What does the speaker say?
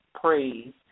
praise